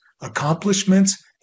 accomplishments